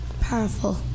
Powerful